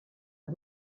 per